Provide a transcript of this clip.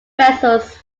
vessels